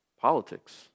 politics